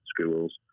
schools